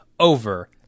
Over